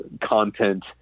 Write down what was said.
content